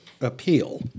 appeal